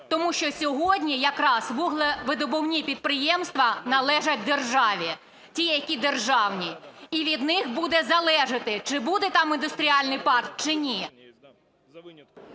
тому що сьогодні якраз вуглевидобувні підприємства належать державі, ті, які державні, і від них буде залежати, чи буде там індустріальний парк чи ні.